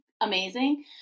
Amazing